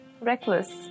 reckless